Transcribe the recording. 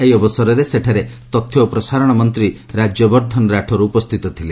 ଏହି ଅବସରରେ ସେଠାରେ ତଥ୍ୟ ଓ ପ୍ରସାରଣ ମନ୍ତ୍ରୀ ରାଜ୍ୟବର୍ଦ୍ଧନ ରାଠୋର ଉପସ୍ଥିତ ଥିଲେ